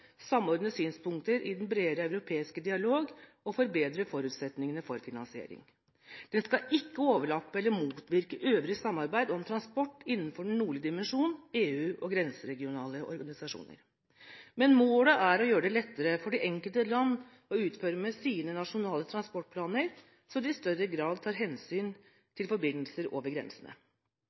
samordne synspunkter i den bredere europeiske dialog og forbedre forutsetningene for finansiering. Den skal ikke overlappe eller motvirke øvrig samarbeid om transport innenfor Den nordlige dimensjon, EU og grenseregionale organisasjoner, men målet er å gjøre det lettere for de enkelte land å utforme sine nasjonale transportplaner så de i større grad tar hensyn til forbindelser over grensene.